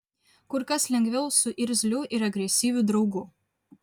kur kas lengviau su irzliu ir agresyviu draugu